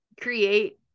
create